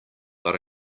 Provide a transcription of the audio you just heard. but